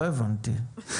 לא הבנתי.